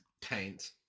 Paint